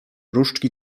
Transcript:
różdżki